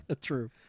True